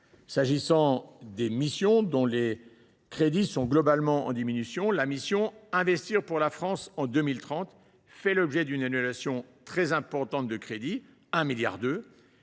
Parmi les missions dont les crédits sont globalement en diminution, la mission « Investir pour la France de 2030 » fait l’objet d’une annulation très importante de crédits, de 1,2 milliard